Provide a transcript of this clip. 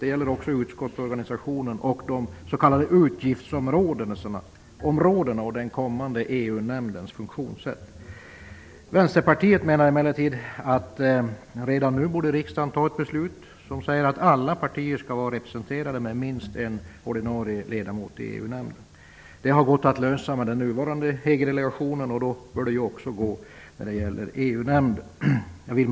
Det gäller också utskottsorganisationen och de s.k. utgiftsområdena och den kommande EU-nämndens funktionssätt. Vänsterpartiet menar emellertid att riksdagen redan nu borde fatta beslut om att alla partier skall vara representerade med minst en ordinarie ledamot i EU-nämnden. Det har gått att lösa i den nuvarande EG-delagationen. Det bör då också gå när det gäller EU-nämnden. Herr talman!